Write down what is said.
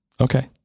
Okay